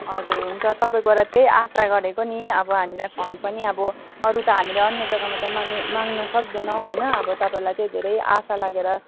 हजुर हुन्छ तपाईँबाट त्यही आशा गरेको नि अब हामीलाई फन्ड पनि अब अरू त हामीले अन्य जग्गामा त माग्न माग्न सक्दैनौँ होइन अब तपाईँलाई चाहिँ धेरै आशा लागेर